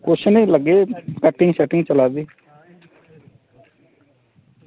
कुछ निं लग्गे दे कटिंग चला दी